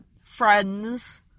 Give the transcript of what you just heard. Friends